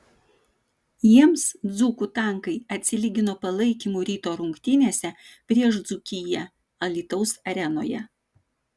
jiems dzūkų tankai atsilygino palaikymu ryto rungtynėse prieš dzūkiją alytaus arenoje